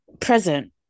present